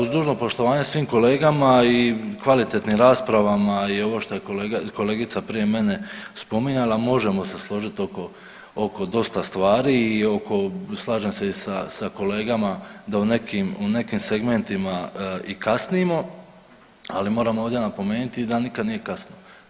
Uz dužno poštovanje svim kolegama i kvalitetnim raspravama i ovo što je kolegica prije mene spominjala možemo se složiti oko, oko dosta stvari i oko slažem se i sa kolegama da u nekim segmentima i kasnimo, ali moram ovdje napomeniti da nikad nije kasno.